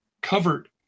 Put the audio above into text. covered